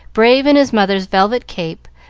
brave in his mother's velvet cape,